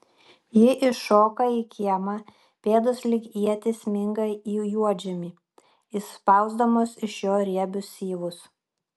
ji iššoka į kiemą pėdos lyg ietys sminga į juodžemį išspausdamos iš jo riebius syvus